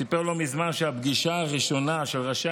סיפר לא מזמן שהפגישה הראשונה של ראשי